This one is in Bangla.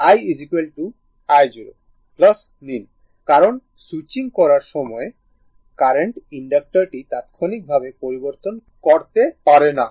I i0 নিন কারণ সুইচিং করার সময় কারেন্ট ইনডাক্টরটি তাৎক্ষণিকভাবে পরিবর্তন করতে পারে না